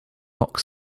rock